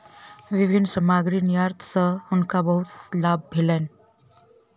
विभिन्न सामग्री निर्यात सॅ हुनका बहुत लाभ भेलैन